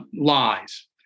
lies